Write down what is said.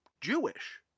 Jewish